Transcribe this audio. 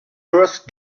first